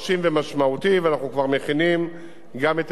ואנחנו כבר מכינים גם את המשך הדברים.